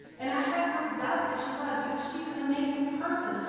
and i have no doubt that she was because she's an amazing person,